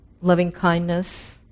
loving-kindness